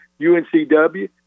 UNCW